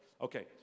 Okay